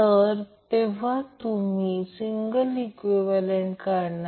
जर त्याचप्रमाणे KCL लागू केले तर ते I L I b I c I L I L असेल